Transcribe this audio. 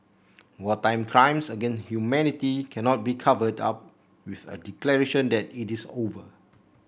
wartime crimes against humanity cannot be covered up with a declaration that it is over